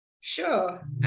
sure